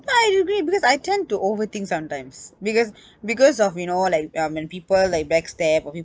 ya I agree because I tend to overthink sometimes because because of you know like um when people like backstab or